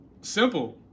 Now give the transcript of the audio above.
Simple